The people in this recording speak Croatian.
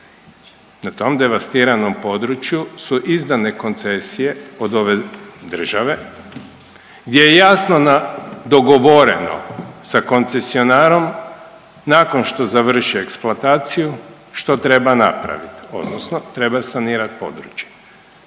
Na tom devastiranom području su izdane koncesije od ove države gdje je jasno dogovoreno sa koncesionarom nakon što završe eksploataciju što treba napraviti odnosno treba sanirat područje.